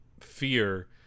fear